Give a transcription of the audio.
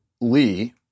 Lee